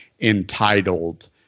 entitled